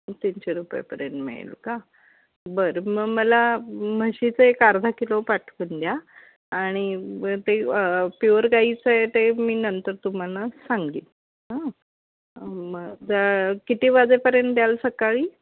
तीनशे रुपयेपर्यंत मिळेल का बरं मग मला म्हशीचं एक अर्धा किलो पाठवून द्या आणि ते प्युअर गाईचं आहे ते मी नंतर तुम्हाला सांगेल हं मग किती वाजेपर्यंत द्याल सकाळी